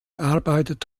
arbeitet